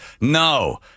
No